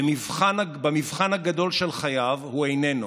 במבחן הגדול של חייו, הוא איננו.